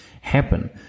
happen